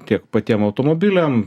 tiek patiem automobiliam